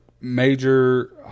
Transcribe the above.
Major